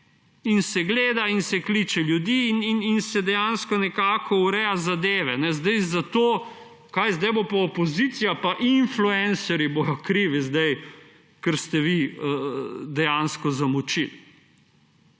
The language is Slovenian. in se gleda, se kliče ljudi in se dejansko nekako ureja zadeve. Zdaj bodo pa opozicija pa influencerji krivi, ker ste vi dejansko zamočili?